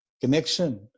connection